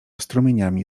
strumieniami